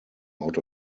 out